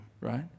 right